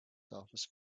office